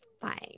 fine